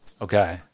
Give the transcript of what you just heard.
Okay